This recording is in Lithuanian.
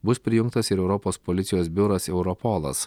bus prijungtas ir europos policijos biuras europolas